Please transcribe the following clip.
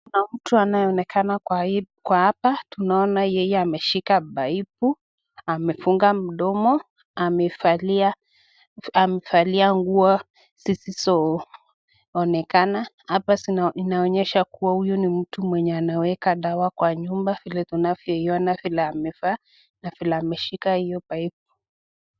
Kuna mtu anayeonekana kwa hapa, tunaona yeye ameshika paipu, amefunga mdomo, amevalia nguo zisizoonekana, hapa inaonyesha huyu ni mtu mwenye anaweka dawa kwa nyumba vile tunavyoiona vile amevaa na vile ameshika hiyo paipu.